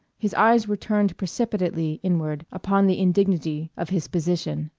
his eyes were turned precipitately inward upon the indignity of his position.